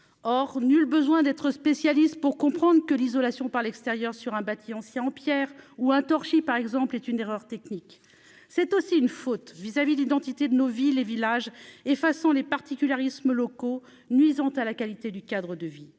or nul besoin d'être spécialiste pour comprendre que l'isolation par l'extérieur sur un bâti ancien en Pierre ou en torchis, par exemple, est une erreur technique, c'est aussi une faute vis-à-vis l'identité de nos villes et villages, effaçant les particularismes locaux nuisant à la qualité du cadre de vie,